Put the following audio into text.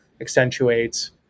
accentuates